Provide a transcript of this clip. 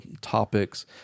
topics